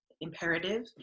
Imperative